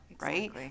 right